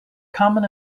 common